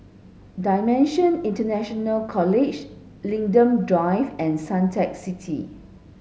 DIMENSIONS International College Linden Drive and Suntec City